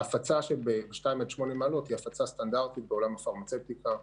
ההפצה של 8-2 מעלות היא הפצה סטנדרטית בעולם הפרמצבטיקה,